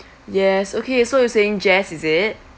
yes okay so you're saying jess is it